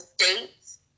states